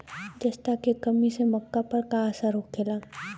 जस्ता के कमी से मक्का पर का असर होखेला?